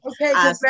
Okay